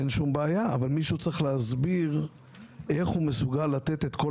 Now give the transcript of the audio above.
אין שום בעיה אבל מישהו צריך להסביר איך הוא מסוגל לתת את כול